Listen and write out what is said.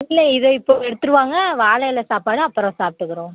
இல்லை இதை இப்போ எடுத்துகிட்டு வாங்க வாழை இல சாப்பாடை அப்புறம் சாப்பிட்டுக்குறோம்